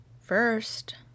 first